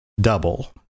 double